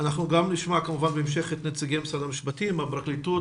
אנחנו בהמשך כמובן נשמע את נציגי משרד המשפטים והפרקליטות.